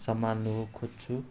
सम्हाल्न खोज्छु